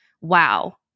wow